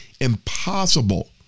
impossible